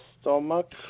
stomach